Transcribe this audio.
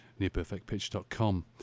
nearperfectpitch.com